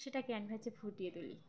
সেটা ক্যানভ্যাসে ফুটিয়ে তুলি